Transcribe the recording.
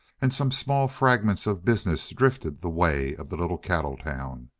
and some small fragments of business drifted the way of the little cattle town.